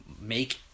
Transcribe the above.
make